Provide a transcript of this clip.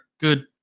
good